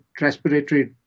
respiratory